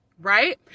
right